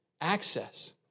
access